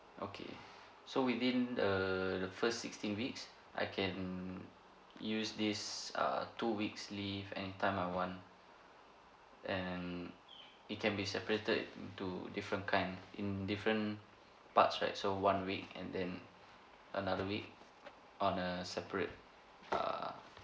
okay so within the the first sixteen weeks I can use these err two weeks leave anytime I want and it can be separated into different kind in different parts right so one week and then another week on a separate err